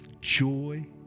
joy